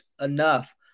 enough